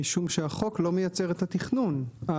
משום שהחוק לא מייצר את התכנון,